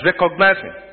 recognizing